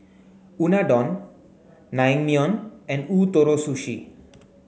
Unadon Naengmyeon and Ootoro Sushi